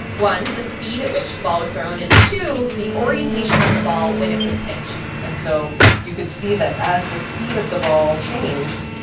one, the speed at which the ball was thrown and, two, the orientation of the ball when it was pitched and so you could see that as the speed of the ball changed,